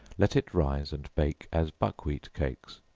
let it rise and bake as buckwheat cakes,